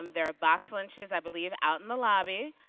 um there are box lunches i believe out in the lobby.